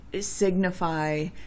signify